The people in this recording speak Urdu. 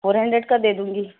فور ہینڈریڈ کا دے دوں گی